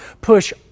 push